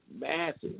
massive